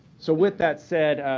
so with that said,